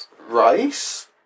Rice